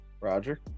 Roger